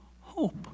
hope